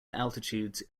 altitudes